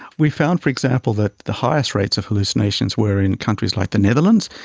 we found, for example, that the highest rates of hallucinations were in countries like the netherlands.